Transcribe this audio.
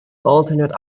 alternate